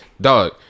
dog